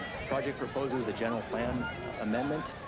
the project proposes a general plan amendment.